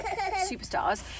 superstars